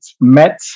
met